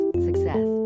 success